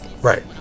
right